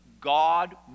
God